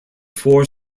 four